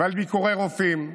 על ביקורי רופאים,